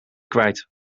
kwijt